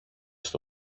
στο